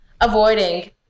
avoiding